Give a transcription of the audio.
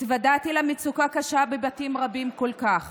התוודעתי למצוקה קשה בבתים רבים כל כך